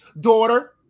daughter